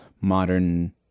modern